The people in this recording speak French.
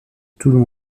toulon